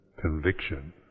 conviction